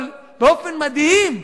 אבל באופן מדהים,